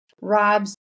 rob's